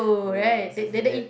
ya